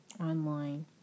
online